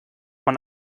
man